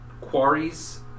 quarries